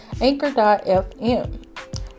Anchor.fm